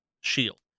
shield